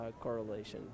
correlation